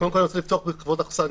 קודם כל, אני רוצה לפתוח בכבוד האכסניה.